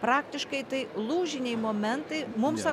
praktiškai tai lūžiniai momentai mums